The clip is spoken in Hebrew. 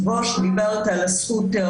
יש כאן חובת התייעצות.